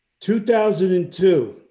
2002